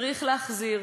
צריך להחזיר